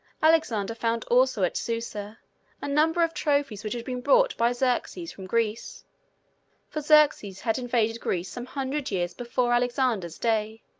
alexander found also at susa a number of trophies which had been brought by xerxes from greece for xerxes had invaded greece some hundred years before alexander's day,